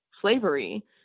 slavery